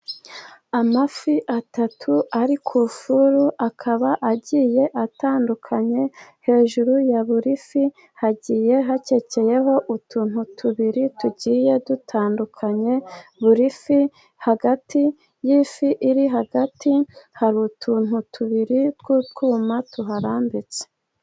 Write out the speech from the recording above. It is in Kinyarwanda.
Amafi atatu ari ku ifuru, akaba agiye atandukanye, hejuru ya buri fi hagiye hakekeyeho utuntu tubiri tugiye dutandukanye, buri fi hagati y'ifi iri hagati, hari utuntu tubiri tw'utwuma tuharambitse.